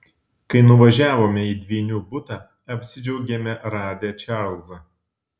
kai nuvažiavome į dvynių butą apsidžiaugėme radę čarlzą